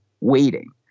waiting